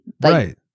Right